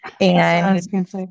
And-